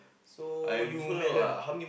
so you met her lah